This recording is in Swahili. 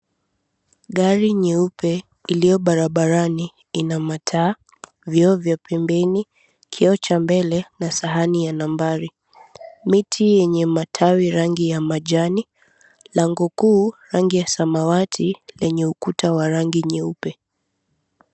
Gari nyeupe iliyo barabarani ina mataa, vioo vya pembeni, kioo cha mbele na sahani ya nambari. Miti yenye matawi rangi ya majani, lango kuu rangi ya samawati lenye ukuta wa rangi nyeupe.